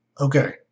Okay